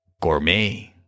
Gourmet